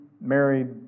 married